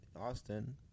Austin